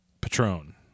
Patron